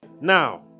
Now